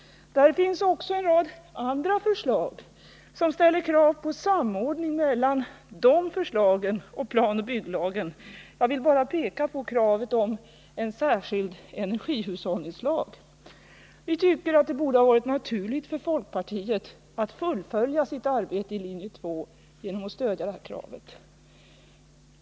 Där finns också en rad andra förslag som ställer krav på samordning mellan de förslagen och planoch bygglagen. Jag vill bara peka på kravet på en särskild energihushållningslag. Vi tycker att det borde ha varit naturligt för folkpartiet att fullfölja sitt arbete i linje 2 genom att stödja våra krav.